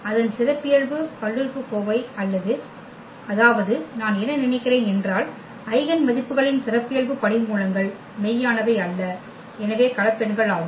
அதன் சிறப்பியல்பு பல்லுறுப்புக்கோவை அல்லது அதாவது நான் என்ன நினைக்கிறேன் என்றால் ஐகென் மதிப்புக்களின் சிறப்பியல்பு படிமூலங்கள் மெய்யானவை அல்ல எனவே கலப்பெண்கள் ஆகும்